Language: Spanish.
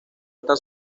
esta